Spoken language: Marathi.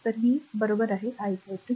तर v बरोबर आहे i Gv